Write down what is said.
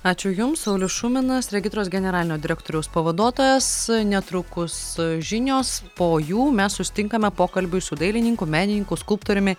ačiū jums saulius šuminas regitros generalinio direktoriaus pavaduotojas netrukus žinios po jų mes susitinkame pokalbiui su dailininku menininku skulptoriumi